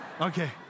Okay